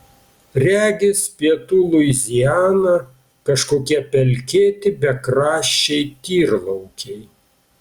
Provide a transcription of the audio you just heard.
regis pietų luiziana kažkokie pelkėti bekraščiai tyrlaukiai